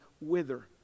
wither